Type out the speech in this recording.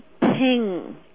ping